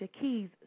Keys